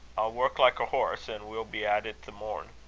work like a horse, and we'll be at it the morn.